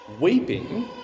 weeping